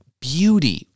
Beauty